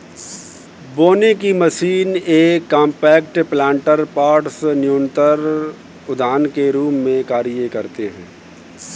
बोने की मशीन ये कॉम्पैक्ट प्लांटर पॉट्स न्यूनतर उद्यान के रूप में कार्य करते है